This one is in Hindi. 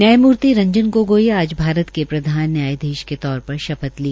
न्यायमूर्ति रंजन गोगोई ने आज भारत के प्रधान न्यायधीश के तौर पर शपथ ली